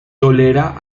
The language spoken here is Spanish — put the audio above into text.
tolera